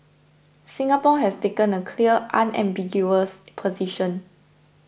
Singapore has taken a clear unambiguous position